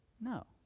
No